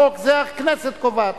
חוק, זה הכנסת קובעת.